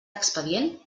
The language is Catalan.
expedient